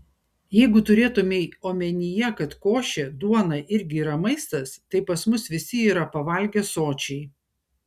jeigu turėtumei omenyje kad košė duona irgi yra maistas tai pas mus visi yra pavalgę sočiai